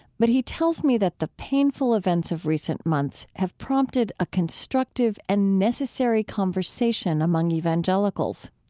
but he tells me that the painful events of recent months have prompted a constructive and necessary conversation among evangelicals.